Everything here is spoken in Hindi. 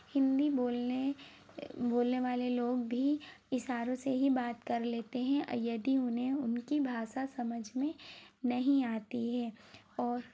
हिंदी बोलने बोलने वाले लोग भी इसारों से ही बात कर लेते हैं यदि उन्हें उनकी भाषा समझ में नहीं आती है और